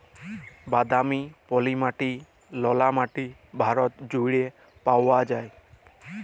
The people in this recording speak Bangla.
বাদামি, পলি মাটি, ললা মাটি ভারত জুইড়ে পাউয়া যায়